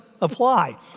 apply